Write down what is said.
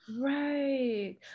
right